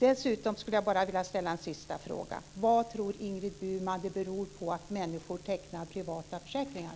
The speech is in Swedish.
Dessutom skulle jag vilja ställa en sista fråga. Vad tror Ingrid Burman att det beror på att människor tecknar privata försäkringar?